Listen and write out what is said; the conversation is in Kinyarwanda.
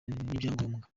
n’ibyangombwa